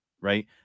right